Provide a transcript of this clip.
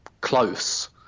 close